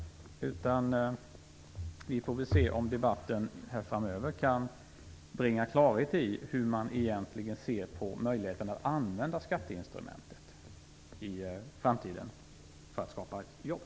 Vi får se om debatten framöver kan bringa klarhet i hur man egentligen ser på möjligheten att använda skatteinstrumentet i framtiden för att skapa jobb.